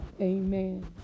Amen